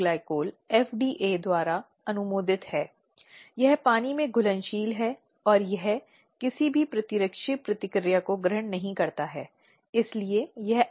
slide समय देखें 1022 कानून के तहत अब अगर कोई अधिनियम के तहत देखता है तो दो प्राधिकरण हैं जिन्हें स्थापित किया गया हैं